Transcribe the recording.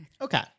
Okay